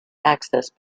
access